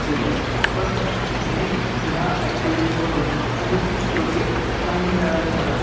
दिलंस पन मी ह्या ॲक्टिविटीजमधून काही ती स् तुळके काही मिळालंय मला